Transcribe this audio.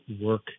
work